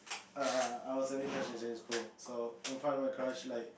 err I was having crush in secondary school so in front of my crush like